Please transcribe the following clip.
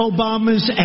Obama's